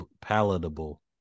palatable